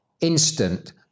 instant